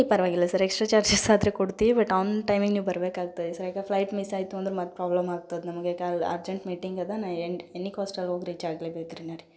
ಪರವಾಗಿಲ್ಲ sir extra charges ಆದರೆ ಕೊಡ್ತೀವಿ ಬಟ್ ಆನ್ ಟೈಮಿಗೆ ನೀವು ಬರಬೇಕಾಗ್ತದೆ ಸರ್ ಯಾಕೆ ಫ್ಲೈಟ್ ಮಿಸ್ ಆಯಿತು ಅಂದ್ರೆ ಮತ್ತೆ ಪ್ರಾಬ್ಲಮ್ ಆಗ್ತದೆ ನಮಗೆ ಯಾಕೆ ಅಲ್ಲಿ ಅರ್ಜೆಂಟ್ ಮೀಟಿಂಗ್ ಅದ ನಾ ಎಟ್ ಎನಿ ಕೋಸ್ಟ್ ಅಲ್ಲಿ ಹೋಗಿ ರೀಚ್ ಆಗಲೇ ಬೇಕ್ರಿನರಿ